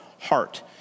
heart